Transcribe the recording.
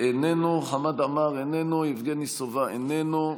איננו, חמד עמאר, איננו, יבגני סובה, איננו.